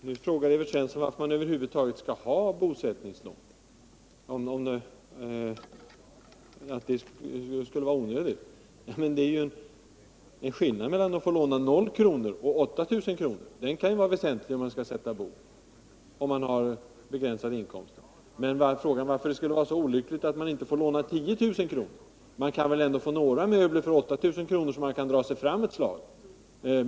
Herr talman! Nu frågar Evert Svensson varför man över huvud taget skall ha bosättningslån. Han antyder att det skulle vara onödigt. Men det är ju ändå en skillnad mellan att få låna noll kronor och 8 000. Den skillnaden kan ju vara väsentlig när man skall sätta bo och har begränsade inkomster. Jag undrar varför det skulle vara så olyckligt om man inte fick låna dessa 10 000 kr. Man kan väl ändå få så pass mycket möbler för 8 000 kr. att man kan dra sig fram ett slag?